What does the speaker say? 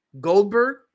Goldberg